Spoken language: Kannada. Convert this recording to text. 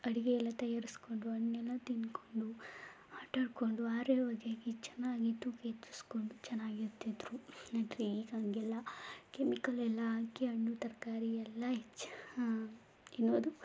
ಅಡುಗೆಯೆಲ್ಲ ತಯಾರಿಸಿಕೊಂಡು ಹಣ್ಣೆಲ್ಲ ತಿಂದ್ಕೊಂಡು ಆಟಾಡಿಕೊಂಡು ಆರೋವಾಗಿ ಚೆನ್ನಾಗಿ ತೂಕ ಹೆಚ್ಚಿಸ್ಕೊಂಡು ಚೆನಾಗಿರ್ತಿದ್ರು ಆದರೆ ಈಗ ಹಂಗಿಲ್ಲ ಕೆಮಿಕಲ್ಲೆಲ್ಲ ಹಾಕಿ ಹಣ್ಣು ತರಕಾರಿಯೆಲ್ಲ ಹೆಚ್ಚು ಏನು ಅದು